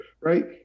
right